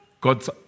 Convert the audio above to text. God's